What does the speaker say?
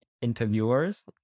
interviewers